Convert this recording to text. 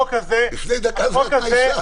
לפני דקה זה היה תנאי סף.